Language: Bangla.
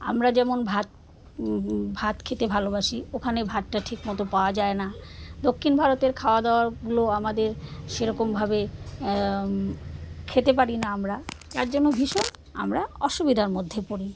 আমরা যেমন ভাত ভাত খেতে ভালোবাসি ওখানে ভাতটা ঠিকমতো পাওয়া যায় না দক্ষিণ ভারতের খাওয়া দাওয়াগুলো আমাদের সেরকমভাবে খেতে পারি না আমরা তার জন্য ভীষণ আমরা অসুবিধার মধ্যে পড়ি